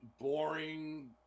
boring